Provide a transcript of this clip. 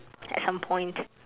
at some point